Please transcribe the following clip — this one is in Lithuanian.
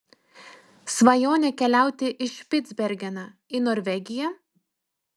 svajonė keliauti į špicbergeną į norvegiją